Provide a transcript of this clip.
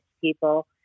people